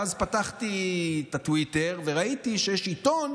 ואז פתחתי את הטוויטר וראיתי שיש עיתון